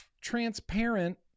Transparent